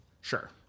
Sure